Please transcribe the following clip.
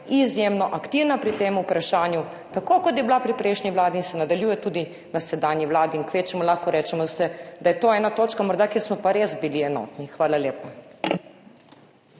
izjemno aktivna pri tem vprašanju, tako kot je bila pri prejšnji vladi in se nadaljuje tudi na sedanji vladi in kvečjemu lahko rečemo, da je to ena točka morda, kjer smo pa res bili enotni. Hvala lepa.